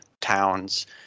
towns